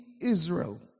Israel